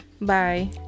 bye